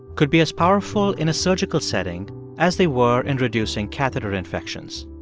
could be as powerful in a surgical setting as they were in reducing catheter infections.